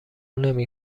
نمی